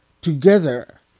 together